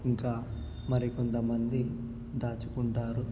ఇంకా మరి కొంతమంది దాచుకుంటారు